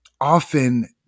often